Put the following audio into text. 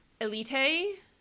elite